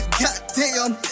goddamn